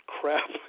crap